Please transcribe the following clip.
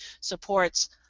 supports